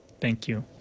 thank you.